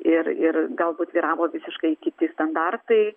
ir ir galbūt vyravo visiškai kiti standartai